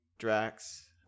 Drax